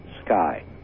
sky